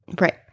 Right